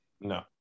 no